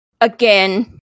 again